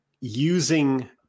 using